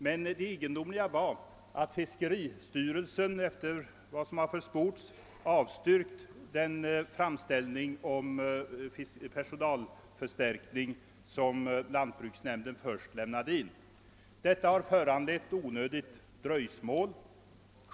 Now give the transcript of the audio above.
Men det egendomliga var att fiskeristyrelsen enligt vad som försports avstyrkte den framställning om personalförstärkning som lantbruksnämnden först lämnade in. Detta har föranlett onödigt dröjsmål.